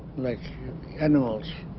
like animals